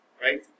right